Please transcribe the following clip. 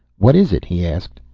what is it? he asked.